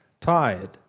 tired